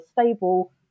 stable